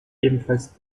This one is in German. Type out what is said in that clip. ebenfalls